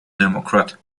democrat